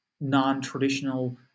non-traditional